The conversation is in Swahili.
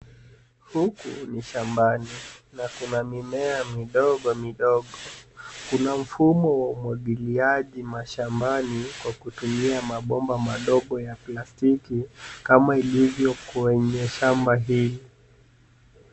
Huku ni shambani na kuna mimea midogo midogo. Kuna mfumo wa umwangiliaji mashambani kwa kutumia mabomba madogo ya plastiki kama ilivyo kwenye shamba hili.